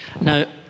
Now